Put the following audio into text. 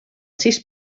sis